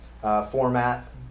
format